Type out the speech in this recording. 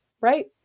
right